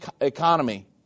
economy